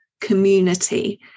community